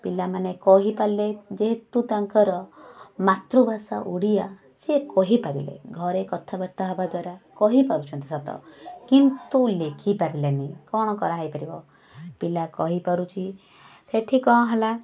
ପିଲାମାନେ କହିପାରିଲେ ଯେହେତୁ ତାଙ୍କର ମାତୃଭାଷା ଓଡ଼ିଆ ସିଏ କହିପାରିଲେ ଘରେ କଥାବାର୍ତ୍ତା ହେବା ଦ୍ଵାରା କହିପାରୁଛନ୍ତି ସତ କିନ୍ତୁ ଲେଖିପାରିଲେନି କ'ଣ କରାହେଇପାରିବ ପିଲା କହିପାରୁଛି ସେଇଠି କ'ଣ ହେଲା